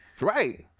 right